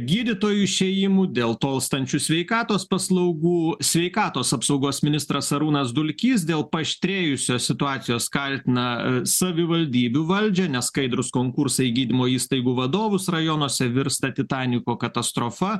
gydytojų išėjimų dėl tolstančių sveikatos paslaugų sveikatos apsaugos ministras arūnas dulkys dėl paaštrėjusios situacijos kaltina savivaldybių valdžią neskaidrūs konkursai į gydymo įstaigų vadovus rajonuose virsta titaniko katastrofa